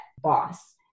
boss